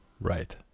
Right